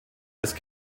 ist